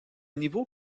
niveau